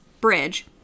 Bridge